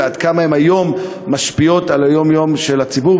ועד כמה הן משפיעות היום על היום-יום של הציבור,